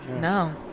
no